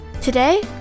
Today